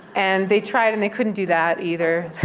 and they tried. and they couldn't do that, either.